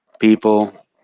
People